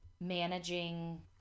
managing